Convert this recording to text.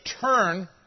turn